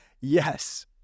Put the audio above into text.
Yes